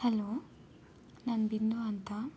hello ನಾನು ಬಿಂದು ಅಂತ